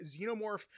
xenomorph